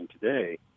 today